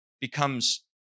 becomes